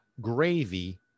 gravy